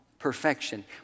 perfection